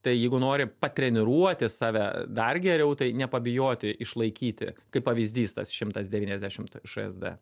tai jeigu nori patreniruoti save dar geriau tai nepabijoti išlaikyti kaip pavyzdys tas šimtas devyniasdešimt šsd